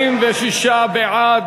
26 בעד,